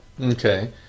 Okay